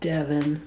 Devin